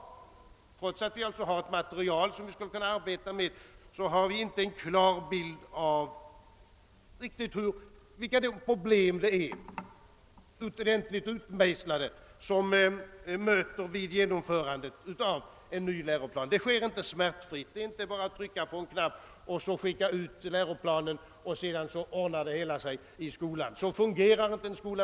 Trots att vi alltså har ett material, som vi skulle kunna arbeta med, finns det inte någon riktigt klar och utmejslad bild av vilka problem som möter vid genomförandet av en ny läroplan. Detta genomförande sker inte smärtfritt. Det är inte klart i och med att man skickar ut läroplanen.